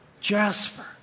Jasper